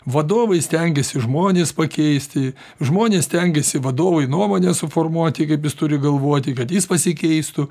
vadovai stengiasi žmones pakeisti žmonės stengiasi vadovui nuomonę suformuoti kaip jis turi galvoti kad jis pasikeistų